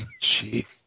Jeez